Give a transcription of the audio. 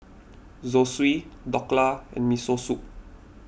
Zosui Dhokla and Miso Soup